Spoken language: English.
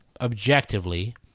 objectively